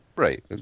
Right